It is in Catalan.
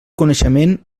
coneixement